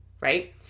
Right